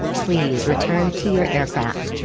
please return to your aircraft.